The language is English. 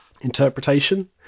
interpretation